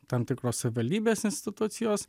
tam tikros savivaldybės institucijos